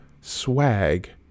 swag